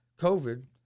COVID